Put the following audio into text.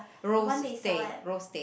rosti rosti